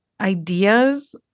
ideas